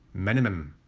minimum.